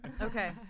Okay